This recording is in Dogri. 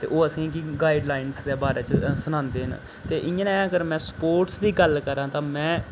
ते ओह् असें गी गाइडलाइनें दे बारे च सनांदे ते इ'यां अगर में स्पोर्ट्स दी गल्ल करां तां में